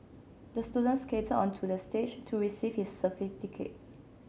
the student skated onto the stage to receive his certificate